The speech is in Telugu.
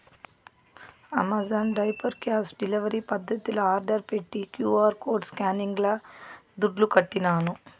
అమెజాన్ డైపర్ క్యాష్ డెలివరీ పద్దతిల ఆర్డర్ పెట్టి క్యూ.ఆర్ కోడ్ స్కానింగ్ల దుడ్లుకట్టినాను